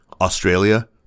Australia